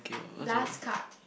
last card